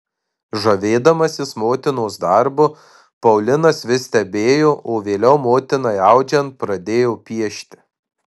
žavėdamasis motinos darbu paulinas vis stebėjo o vėliau motinai audžiant pradėjo piešti